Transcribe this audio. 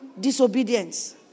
disobedience